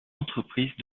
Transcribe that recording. entreprises